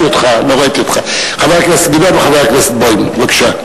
וחבר הכנסת בוים.